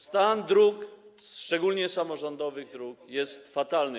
Stan dróg, szczególnie samorządowych dróg, jest fatalny.